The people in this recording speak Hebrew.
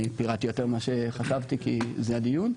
פירטתי יותר ממה שחשבתי כי זה הדיון.